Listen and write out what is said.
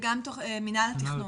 וגם מינהל התכנון.